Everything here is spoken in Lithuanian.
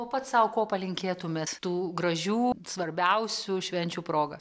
o pats sau ko palinkėtumėt tų gražių svarbiausių švenčių proga